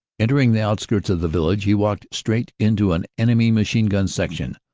entering the out skirts of the village he walked straight into an enemy machine gun section,